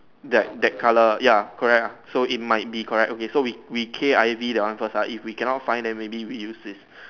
that that colour ya correct ah so it might be correct okay so we K_I_V that one first ah if we cannot find then maybe we use this